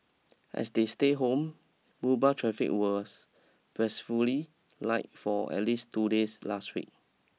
as they stay home Mumbai traffic was blissfully light for at least two days last week